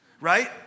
right